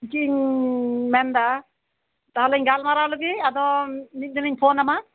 ᱤᱧᱤᱧ ᱢᱮᱱᱫᱟ ᱜᱟᱞᱢᱟᱨᱟᱣ ᱞᱮᱜᱮ ᱟᱨ ᱢᱤᱫ ᱫᱤᱱᱤᱧ ᱯᱷᱳᱱᱟᱢᱟ